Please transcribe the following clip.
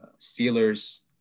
Steelers